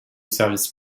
service